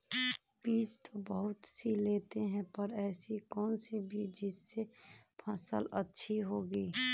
बीज तो बहुत सी लेते हैं पर ऐसी कौन सी बिज जिससे फसल अच्छी होगी?